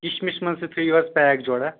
کِشمِش منٛز تہِ تھٲیِو حظ پیک جوراہ